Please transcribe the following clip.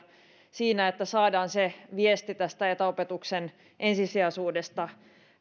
siinä että saadaan se viesti tästä etäopetuksen ensisijaisuudesta